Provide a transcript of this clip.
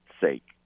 sake